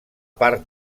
part